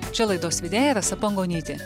čia laidos vedėja rasa pangonytė